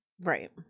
Right